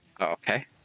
Okay